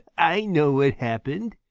i know what happened,